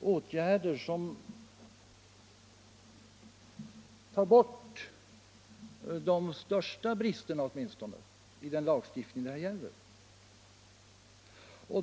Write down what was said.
åtgärder som åtminstone tar bort de största bristerna i denna lagstiftning.